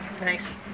nice